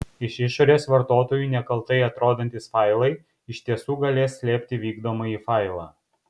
iš išorės vartotojui nekaltai atrodantys failai iš tiesų galės slėpti vykdomąjį failą